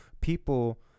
people